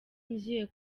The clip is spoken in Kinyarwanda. ngiye